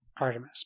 Artemis